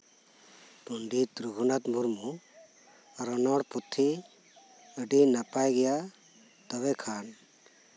ᱯᱚᱱᱰᱤᱛ ᱨᱚᱜᱷᱩᱱᱟᱛᱷ ᱢᱩᱨᱢᱩ ᱨᱚᱱᱚᱲ ᱯᱩᱛᱷᱤ ᱟᱹᱰᱤ ᱱᱟᱯᱟᱭ ᱜᱮᱭᱟ ᱛᱚᱵᱮᱠᱷᱟᱱ